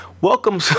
welcome